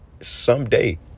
someday